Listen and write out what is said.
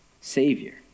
savior